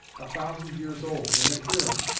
a thousand years old, in a clearin'?